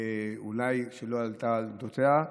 אולי היא לא עלתה על גדותיה,